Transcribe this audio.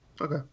okay